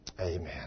amen